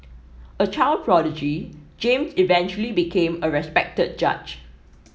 a child prodigy James eventually became a respected judge